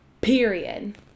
Period